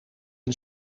een